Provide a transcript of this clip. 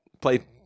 Play